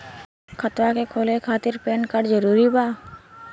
खतवा के खोले खातिर पेन कार्ड जरूरी बा?